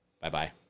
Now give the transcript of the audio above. Bye-bye